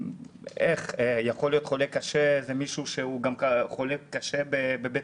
יכול להיות חולה קשה זה מישהו שהוא חולה קשה בבית